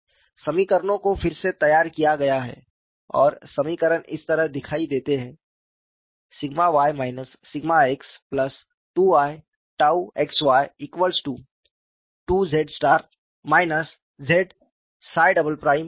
समीकरणों को फिर से तैयार किया गया है और समीकरण इस तरह दिखाई देते हैं σy σx2i𝝉xy2z z𝜳″Y